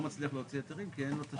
מצליח להוציא היתרים כי אין לו תשתיות.